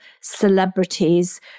celebrities